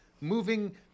moving